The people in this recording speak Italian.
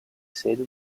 sede